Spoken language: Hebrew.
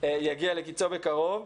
שיגיע לקצו בקרוב.